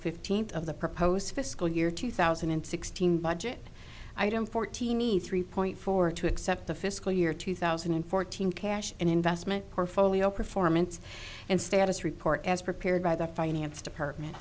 fifteenth of the proposed fiscal year two thousand and sixteen budget item fourteen e three point four two accept the fiscal year two thousand and fourteen cash and investment portfolio performance and status report as prepared by the finance department